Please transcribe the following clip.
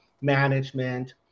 management